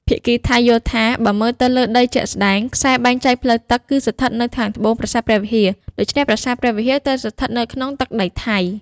ភាគីថៃយល់ថា បើមើលទៅលើដីជាក់ស្តែង ខ្សែបែងចែកផ្លូវទឹក គឺស្ថិតនៅខាងត្បូងប្រាសាទព្រះវិហារ ដូច្នេះប្រាសាទព្រះវិហារត្រូវស្ថិតនៅក្នុងទឹកដីថៃ។